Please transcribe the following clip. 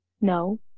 No